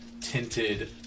tinted